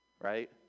right